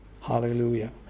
Hallelujah